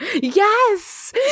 Yes